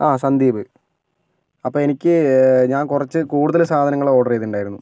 ആ സന്ദീപ് അപ്പോൾ എനിക്ക് ഞാൻ കുറച്ച് കൂടുതൽ സാധനങ്ങൾ ഓർഡർ ചെയ്തിട്ടുണ്ടായിരുന്നു